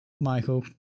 Michael